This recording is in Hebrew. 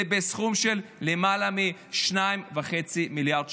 בסכום של למעלה מ-2.5 מיליארד שקלים.